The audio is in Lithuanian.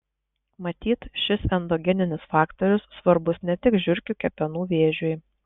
matyt šis endogeninis faktorius svarbus ne tik žiurkių kepenų vėžiui